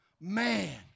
man